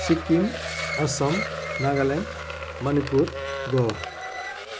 Sikkim Assam Nagaland Manipur Goa